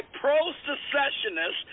pro-secessionists